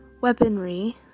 weaponry